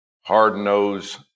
hard-nosed